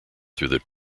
through